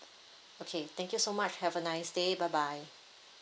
okay thank you so much have a nice day bye bye